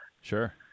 Sure